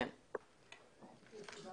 יוסי